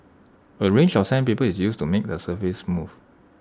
A range of sandpaper is used to make the surface smooth